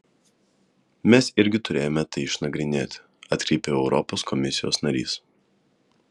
mes irgi turėjome tai išnagrinėti atkreipė europos komisijos narys